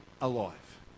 alive